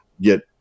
get